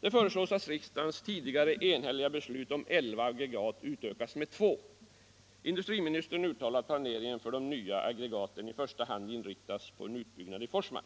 Det föreslås att riksdagens tidigare enhälliga beslut om elva aggregat utökas med två. Industriministern uttalar att planeringen för de nya aggregaten i första hand bör inriktas på en utbyggnad i Forsmark.